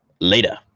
Later